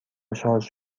شارژ